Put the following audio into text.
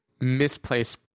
misplaced